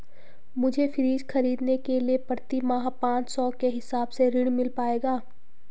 मुझे फ्रीज खरीदने के लिए प्रति माह पाँच सौ के हिसाब से ऋण मिल पाएगा?